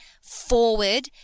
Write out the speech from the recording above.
forward